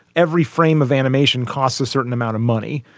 every frame of animation costs a certain amount of money.